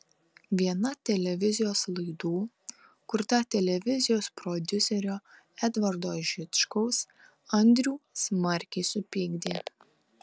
viena televizijos laidų kurta televizijos prodiuserio edvardo žičkaus andrių smarkiai supykdė